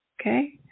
okay